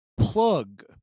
plug